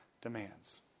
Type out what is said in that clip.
demands